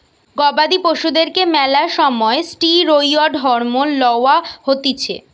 গবাদি পশুদেরকে ম্যালা সময় ষ্টিরৈড হরমোন লওয়া হতিছে